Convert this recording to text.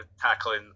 tackling